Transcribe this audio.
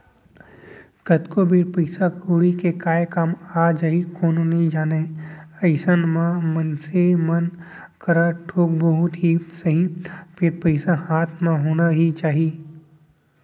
कतको बेर पइसा कउड़ी के काय काम आ जाही कोनो नइ जानय अइसन म मनसे मन करा थोक बहुत ही सही फेर पइसा हाथ म होना ही चाही